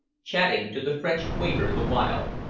chatting to the french waiter the while.